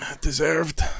Deserved